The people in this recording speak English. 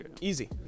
Easy